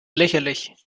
lächerlich